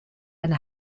eine